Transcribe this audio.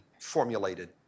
formulated